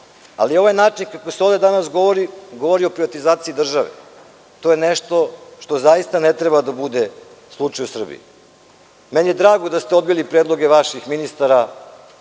ali ovaj način, kako se danas ovde govori, govori o privatizaciji države. To je nešto što zaista ne treba da bude slučaj u Srbiji. Meni je drago da ste odbili predloge vaših ministara